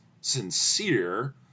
sincere